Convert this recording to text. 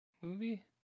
movie